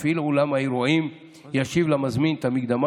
מפעיל אולם האירועים ישיב למזמין את המקדמה